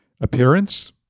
Appearance